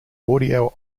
audio